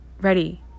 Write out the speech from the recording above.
ready